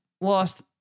lost